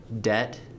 debt